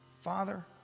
Father